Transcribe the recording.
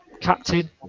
Captain